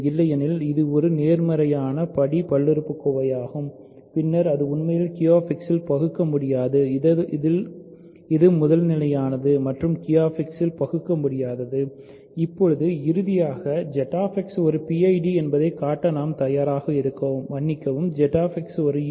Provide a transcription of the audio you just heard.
இல்லையெனில் இது ஒரு நேர்மறையான படி பல்லுறுப்புக்கோவையாகும் பின்னர் அது உண்மையில் QX இல் பகுக்க முடியாதது இது முதல்நிலையானது மற்றும் Q X இல் பகுக்க முடியாதது இப்போது இறுதியாக ZX ஒரு PID என்பதைக் காட்ட நாம் தயாராக இருக்கிறோம் மன்னிக்கவும் ZX ஒரு UFD